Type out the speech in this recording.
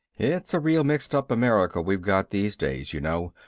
it's a real mixed-up america we've got these days, you know,